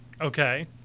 Okay